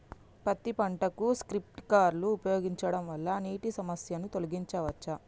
పత్తి పంటకు స్ప్రింక్లర్లు ఉపయోగించడం వల్ల నీటి సమస్యను తొలగించవచ్చా?